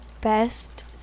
best